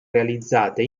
realizzate